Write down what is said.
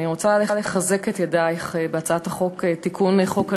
אני רוצה לחזק את ידייך על הצעת התיקון לחוק הנוער.